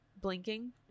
blinking